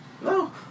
No